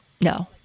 no